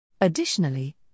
Additionally